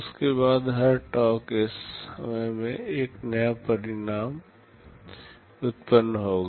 उसके बाद हर tau के समय में एक नया परिणाम उत्पन्न होगा